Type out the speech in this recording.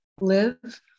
live